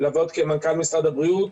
לעבוד כמנכ"ל משרד הבריאות,